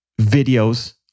videos